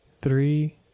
Three